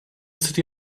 city